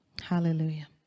Hallelujah